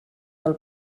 del